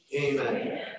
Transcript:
Amen